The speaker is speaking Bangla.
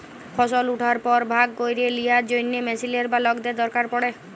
ফসল উঠার পর ভাগ ক্যইরে লিয়ার জ্যনহে মেশিলের বা লকদের দরকার পড়ে